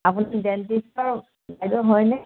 আপুনি ডেণ্টিষ্টৰ হয়নে